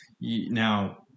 Now